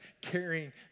carrying